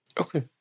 Okay